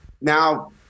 now –